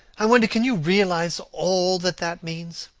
i wonder can you realize all that that means?